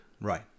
Right